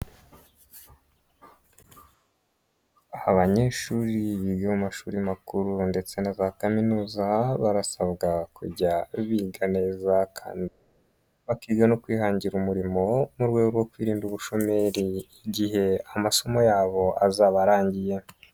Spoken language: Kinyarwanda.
Abanyeshuri biga mu mashuri makuru ndetse na za kaminuza barasabwa kujya biga neza kandi bakiga no kwihangira umurimo mu rwego rwo kwirinda ubushomeri igihe amasomo yabo azaba arangiye.